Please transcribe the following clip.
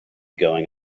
going